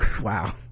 wow